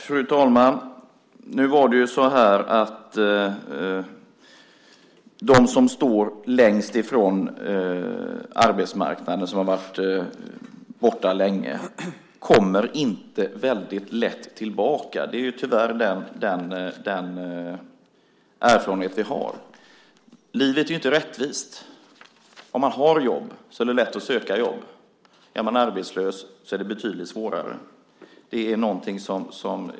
Fru talman! De som står längst bort från arbetsmarknaden och som varit borta länge från denna kommer inte så lätt tillbaka. Det är tyvärr den erfarenhet vi har. Livet är inte rättvist. Om man har jobb är det lätt att söka jobb. Om man är arbetslös är det betydligt svårare.